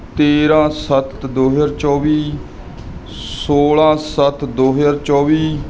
ਤੇਰਾਂ ਸੱਤ ਦੋ ਹਜ਼ਾਰ ਚੌਵੀ ਸੋਲ੍ਹਾਂ ਸੱਤ ਦੋ ਹਜ਼ਾਰ ਚੌਵੀ